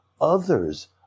others